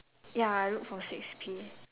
ya I wrote from six P